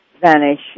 vanish